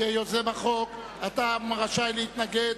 כיוזם החוק אתה רשאי להתנגד.